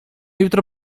jutro